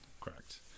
Correct